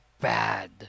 bad